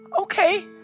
Okay